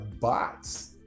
bots